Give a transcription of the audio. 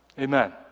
Amen